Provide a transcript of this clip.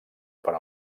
per